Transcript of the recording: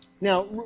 Now